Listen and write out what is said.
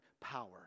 power